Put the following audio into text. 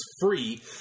free